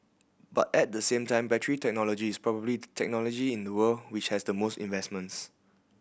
but at the same time battery technology is probably the technology in the world which has the most investments